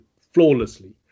flawlessly